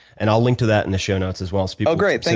and i'll link to that in the show notes as well. so oh, great,